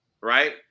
right